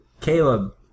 Caleb